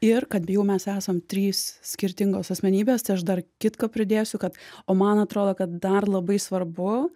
ir kad jau mes esam trys skirtingos asmenybės tai aš dar kitką pridėsiu kad o man atrodo kad dar labai svarbu